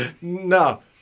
No